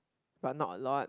but not a lot